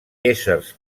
éssers